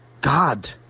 God